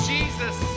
Jesus